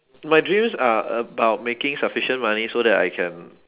my dreams are about making sufficient money so that I can